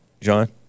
John